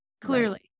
Clearly